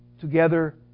together